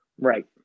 Right